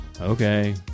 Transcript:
Okay